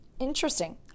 Interesting